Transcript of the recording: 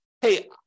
hey